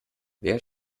wer